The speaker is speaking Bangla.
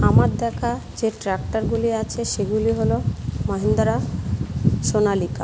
আমার দেখা যে ট্রাক্টারগুলি আছে সেগুলি হলো মাহিন্দ্রা সোনালিকা